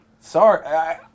Sorry